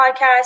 podcast